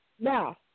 Now